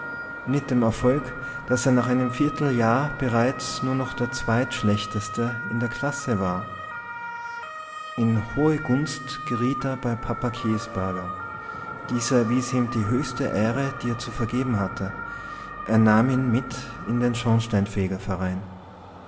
mit dem erfolg daß er nach einem vierteljahr bereits nur noch der zweitschlechteste in der klasse war in hohe gunst geriet er bei papa käsberger dieser erwies ihm die höchste ehre die er zu vergeben hatte er nahm ihn mit in den schornsteinfegerverein